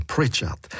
Pritchard